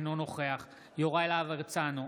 אינו נוכח יוראי להב הרצנו,